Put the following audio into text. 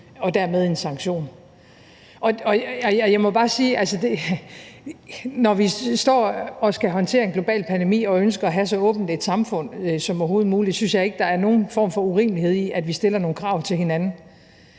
og dermed en sanktion. Jeg må bare sige, at når vi står og skal håndtere en global pandemi og ønsker at have så åbent et samfund som overhovedet muligt, så synes jeg ikke, at der er nogen form for urimelighed i, at vi stiller nogle krav til hinanden.